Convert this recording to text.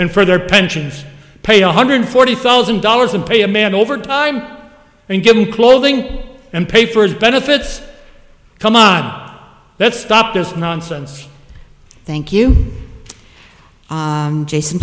and for their pensions paid one hundred forty thousand dollars and pay a man overtime and give him clothing and pay for his benefits come up let's stop this nonsense thank you jason